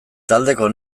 taldeko